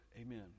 Amen